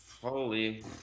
Holy